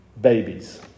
Babies